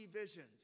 visions